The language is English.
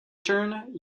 turn